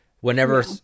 whenever